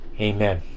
Amen